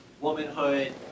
womanhood